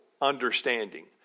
understanding